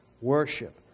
worship